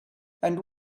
and